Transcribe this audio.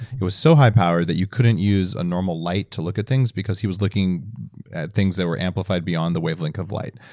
it was so high powered that you couldn't use a normal light to look at things because he was looking at things that were amplified beyond the wavelength of light.